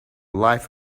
life